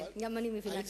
כן, גם אני מבינה ככה.